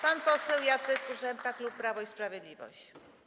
Pan poseł Jacek Kurzępa, klub Prawo i Sprawiedliwość.